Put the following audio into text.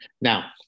Now